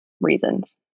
reasons